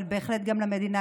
אבל בהחלט גם למדינה.